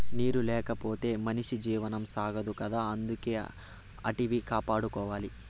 నీరు లేకపోతె మనిషి జీవనం సాగదు కదా అందుకే ఆటిని కాపాడుకోవాల